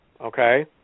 okay